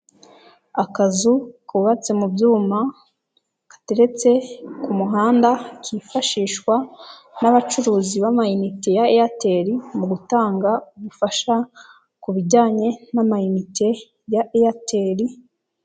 Akazu kubatse mu byuma, gateretse ku muhanda kifashishwa n'abacuruzi b'amayinite ya Airtel mu gutanga ubufasha ku bijyanye n'amamite ya Airtel.